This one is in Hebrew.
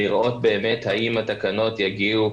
לראות באמת האם התקנות יגיעו,